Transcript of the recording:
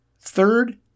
Third